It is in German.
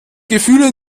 gefühle